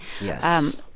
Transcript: Yes